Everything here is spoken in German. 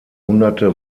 hunderte